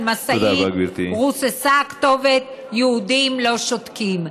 על משאית רוססה הכתובת: יהודים לא שותקים.